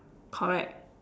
correct